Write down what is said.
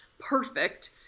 perfect